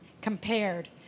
compared